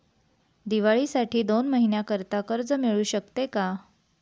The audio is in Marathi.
दिवाळीसाठी दोन महिन्याकरिता कर्ज मिळू शकते का?